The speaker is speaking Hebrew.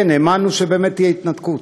כן, האמנו שבאמת תהיה התנתקות.